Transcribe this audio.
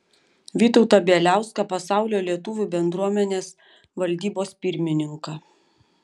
vytautą bieliauską pasaulio lietuvių bendruomenės valdybos pirmininką